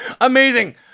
Amazing